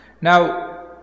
now